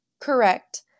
Correct